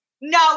No